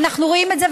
אנחנו רואים את זה,